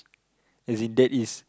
as in that is